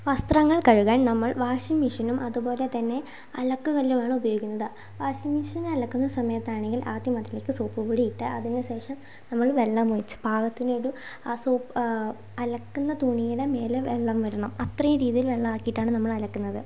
വസ്ത്രങ്ങൾ കഴുകാൻ നമ്മൾ വാഷിംഗ് മെഷീനും അതുപോലെതന്നെ അലക്ക് കല്ലുമാണ് ഉപയോഗിക്കുന്നത് വാഷിംഗ് മെഷീനിൽ അലക്കുന്ന സമയത്താണെങ്കിൽ ആദ്യം അതിലേക്ക് സോപ്പുപൊടി ഇട്ട് അതിനുശേഷം നമ്മൾ വെള്ളമൊഴിച്ച് പാകത്തിനൊരു ആ സോപ്പ് അലക്കുന്ന തുണിയുടെ മേലെ വെള്ളം വരണം അത്രയും രീതിയിൽ വെള്ളം ആക്കിയിട്ടാണ് നമ്മൾ അലക്കുന്നത്